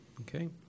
Okay